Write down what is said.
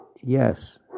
yes